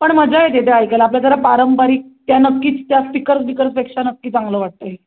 पण मजा येते ते ऐकायला आपल्या जरा पारंपरिक त्या नक्कीच त्या स्पीकर्स बिकर्सपेक्षा नक्की चांगलं वाटतं हे